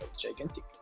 gigantic